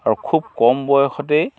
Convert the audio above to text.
আৰু খুব কম বয়সতেই